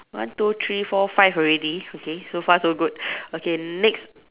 one two three four five already okay so far so good okay next